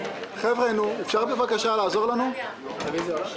(הישיבה נפסקה בשעה 11:54 ונתחדשה בשעה 12:15.) רבותיי,